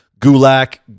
Gulak